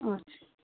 हजुर